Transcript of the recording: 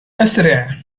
أسرع